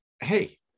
hey